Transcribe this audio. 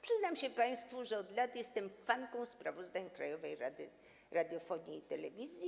Przyznam się państwu, że od lat jestem fanką sprawozdań Krajowej Rady Radiofonii i Telewizji.